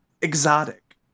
Exotic